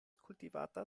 kultivata